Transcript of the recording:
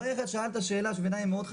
אבל שאלת שאלה שבעיניי היא מאוד חשובה: